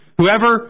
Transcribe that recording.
whoever